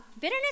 Bitterness